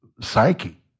Psyche